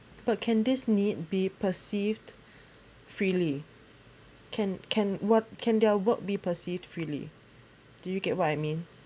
but can this need be perceived freely can can work can their work be perceived freely do you get what I mean